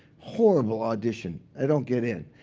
horrible audition i don't get in.